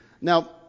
Now